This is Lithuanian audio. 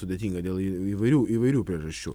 sudėtinga dėl į įvairių įvairių priežasčių